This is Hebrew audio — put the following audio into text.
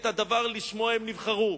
את הדבר לשמו הן נבחרו.